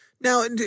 Now